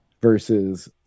versus